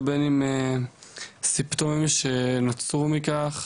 בין אם סימפטומים שנוצרו מכך,